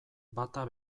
bata